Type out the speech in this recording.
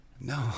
no